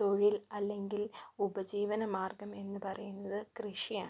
തൊഴിൽ അല്ലെങ്കിൽ ഉപജീവന മാർഗ്ഗം എന്നുപറയുന്നത് കൃഷിയാണ്